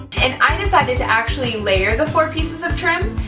and i decided to actually layer the four pieces of trim.